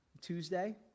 Tuesday